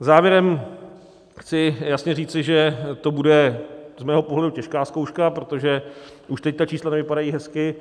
Závěrem chci jasně říci, že to bude z mého pohledu těžká zkouška, protože už teď ta čísla nevypadají hezky.